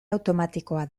automatikoa